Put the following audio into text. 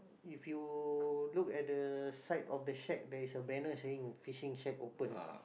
if you look at the side of the shack there is a banner saying fishing shack open